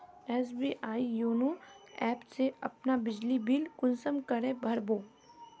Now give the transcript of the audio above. SBI YONO app से अपना बिजली बिल कुंसम करे भर बो?